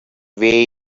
way